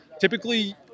Typically